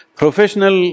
professional